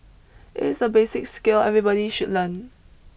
it's a basic skill everybody should learn